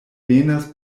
venas